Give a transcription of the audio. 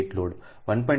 8 load 1